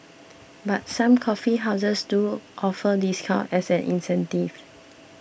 but some coffee houses do offer discounts as an incentive